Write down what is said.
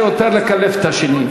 כששר בישראל עומד ומשקר לפני כנסת שלמה,